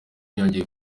yongeye